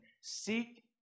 Seek